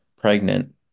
pregnant